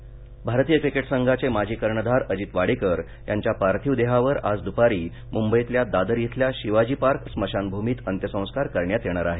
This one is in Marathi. वाडेकर निधन भारतीय क्रिकेट संघाचे माजी कर्णधार अजित वाडेकर यांच्या पार्थिव देहावर आज दुपारी मुंबईतल्या दादर इथल्या शिवाजी पार्क स्मशान भूमीत अंत्यसंस्कार करण्यात येणार आहेत